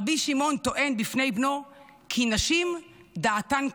רבי שמעון טוען בפני בנו כי נשים דעתן קלה,